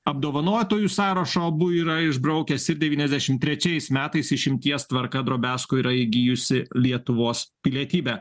apdovanotųjų sąrašo abu yra išbraukęs ir devyniasdešim trečiais metais išimties tvarka drobesko yra įgijusi lietuvos pilietybę